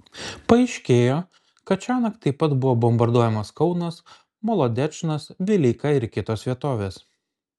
paaiškėjo kad šiąnakt taip pat buvo bombarduojamas kaunas molodečnas vileika ir kitos vietovės